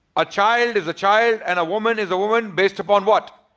a child is a child and a woman is a woman based upon what?